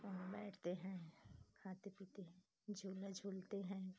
वहाँ बैठते हैं खाते पीते हैं झूला झूलते हैं